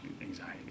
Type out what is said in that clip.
anxiety